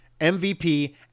MVP